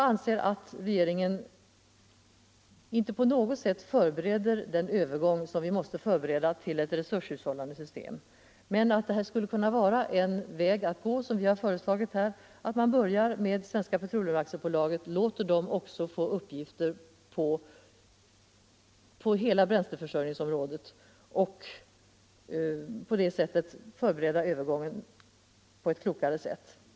Enligt min mening förebereder inte regeringen på något sätt den övergång till ett resurshushållande system som är nödvändig. Man skulle kunna börja med att, som vi har föreslagit, låta Svenska Petroleum AB få uppgifter på hela bränsleförsörjningsområdet. På det sättet skulle man på ett klokare sätt kunna förebereda övergången.